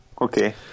Okay